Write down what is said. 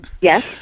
Yes